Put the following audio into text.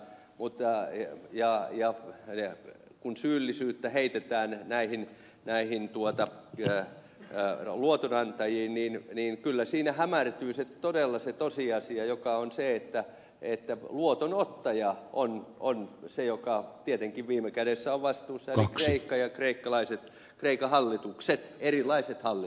mutta ei jää ja ajat kun syyllisyyttä heitetään äidin näihin tuote vilja ja rehuluotonantajiin luotonantajiin niin kyllä siinä todella hämärtyy se tosiasia että luotonottaja on se joka tietenkin viime kädessä on vastuussa eli kreikka ja kreikan hallitukset erilaiset hallitukset